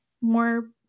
more